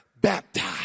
baptized